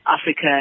Africa